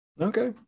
Okay